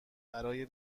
برای